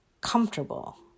comfortable